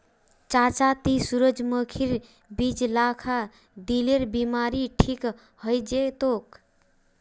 चच्चा ती सूरजमुखीर बीज ला खा, दिलेर बीमारी ठीक हइ जै तोक